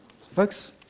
Folks